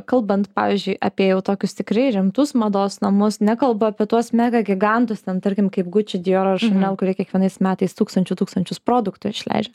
kalbant pavyzdžiui apie jau tokius tikrai rimtus mados namus nekalbu apie tuos mega gigantus ten tarkim kaip guči dijor ar šanel kurie kiekvienais metais tūkstančių tūkstančius produktų išleidžia